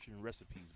recipes